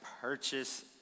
purchase